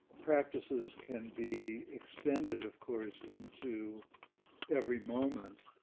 practices can be extended, of course, into every moment,